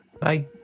Bye